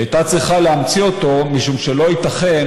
היא הייתה צריכה להמציא אותו, משום שלא ייתכן